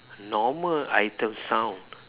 normal item sound